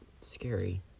scary